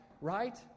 right